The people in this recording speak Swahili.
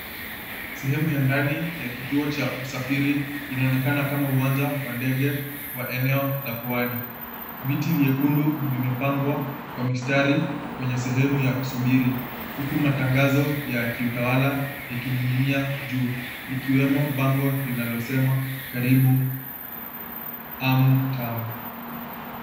Sehemu ya ndani ya kituo cha usafiri inaonekana kama uwanja wa ndege wa eneo la Pwani. Viti vyekundu vimepangwa kwa mistari kwenye sehemu ya kusubiri, huku matangazo ya kiutawala yakining'inia juu, likiwemo bango linalosema, Karibu Amu Tamu.